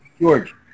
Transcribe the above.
George